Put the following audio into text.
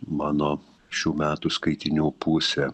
mano šių metų skaitinių pusė